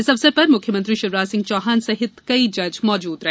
इस अवसर पर मुख्यमंत्री शिवराज सिंह चौहान सहित कई जज मौजूद रहे